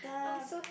I'm so